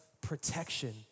protection